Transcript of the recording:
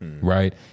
right